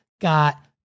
got